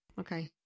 okay